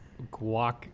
guac